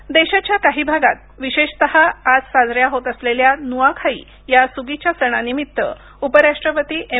न्आखाई देशाच्या काही भागात विशेषतः आज साजऱ्या होत असलेल्या नुआखाई या सुगीच्या सणानिमित्त उपराष्ट्रपती एम